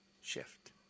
shift